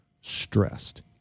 stressed